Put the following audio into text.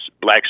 black